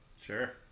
Sure